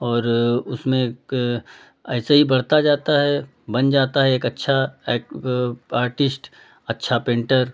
और उसमें के ऐसे ही बढ़ता जाता है बन जाता है एक अच्छा वो आर्टिस्ट अच्छा पेन्टर